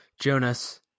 Jonas